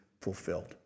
fulfilled